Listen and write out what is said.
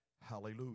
Hallelujah